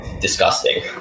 disgusting